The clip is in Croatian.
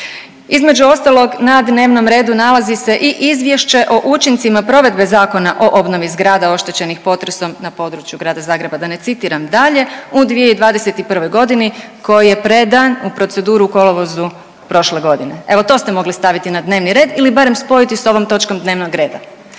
Između ostalog na dnevnom redu nalazi se i Izvješće o učincima provedbe Zakona o obnovi zgrada oštećenih potresom na području Grada Zagreba, da ne citiram dalje u 2021. godini koji je predan u proceduru u kolovozu prošle godine, evo to ste mogli staviti na dnevni red ili barem spojiti s ovom točkom dnevnog reda